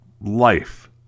life